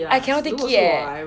I cannot take it eh